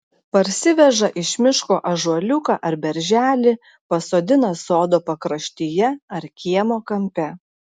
parsiveža iš miško ąžuoliuką ar berželį pasodina sodo pakraštyje ar kiemo kampe